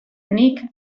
nik